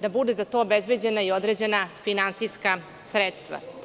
da za to budu obezbeđena određena finansijska sredstva.